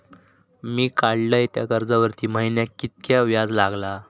मी काडलय त्या कर्जावरती महिन्याक कीतक्या व्याज लागला?